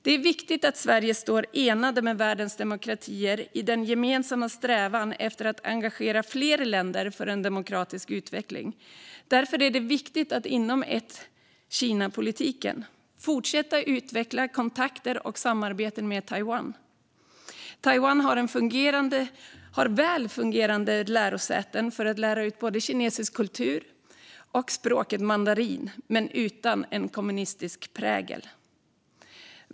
Det är viktigt att Sverige står enade med världens demokratier i den gemensamma strävan efter att engagera fler länder för en demokratisk utveckling. Därför är det viktigt att inom ettKinapolitiken fortsätta utveckla kontakter och samarbeten med Taiwan. Taiwan har väl fungerande lärosäten för att lära ut både kinesisk kultur och språket mandarin utan kommunistisk prägel.